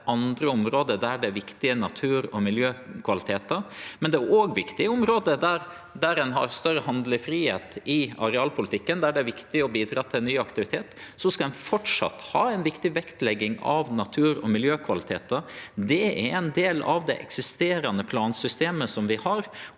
andre område der det er viktige natur- og miljøkvalitetar, men det er også viktige område der ein har større handlefridom i arealpolitikken, der det er viktig å bidra til ny aktivitet. Så skal ein framleis ha ei viktig vektlegging av naturog miljøkvalitetar. Det er ein del av det eksisterande plansystemet som vi har,